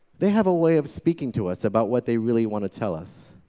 they have a way of speaking to us about what they really want to tell us,